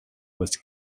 was